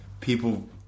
People